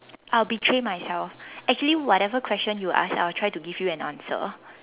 I'll betray myself actually whatever question you ask I will try to give you an answer